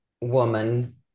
woman